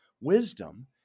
wisdom